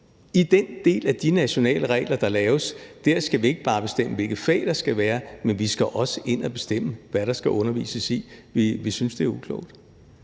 i den del af de nationale regler, der laves, ikke bare skal bestemme, hvilke fag der skal være, men Folketinget skal også ind at bestemme, hvad der skal undervises i. Vi synes, det er uklogt.